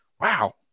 wow